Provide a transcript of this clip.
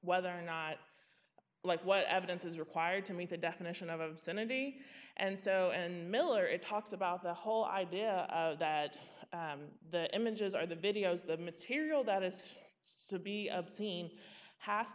whether or not like what evidence is required to meet the definition of obscenity and so and miller it talks about the whole idea that the images are the videos the material that has to be obscene has